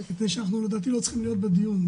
מפני שלדעתי אנחנו לא צריכים להיות בדיון.